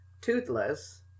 toothless